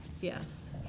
Yes